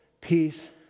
peace